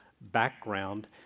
background